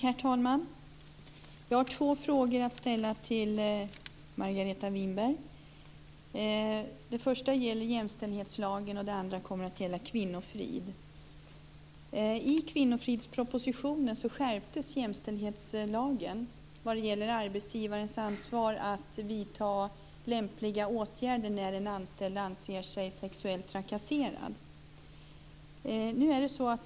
Herr talman! Jag har två frågor att ställa till Margareta Winberg. Den första gäller jämställdhetslagen. Den andra kommer att gälla kvinnofrid. I kvinnofridspropositionen skärptes jämställdhetslagen när det gäller arbetsgivarens ansvar att vidta lämpliga åtgärder när en anställd anser sig sexuellt trakasserad.